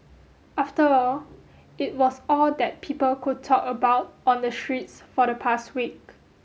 after all it was all that people could talk about on the streets for the past week